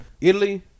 Italy